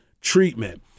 treatment